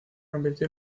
convirtió